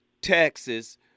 Texas